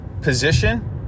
position